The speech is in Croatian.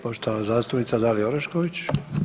Poštovana zastupnica Dalija Orešković.